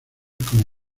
como